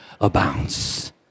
abounds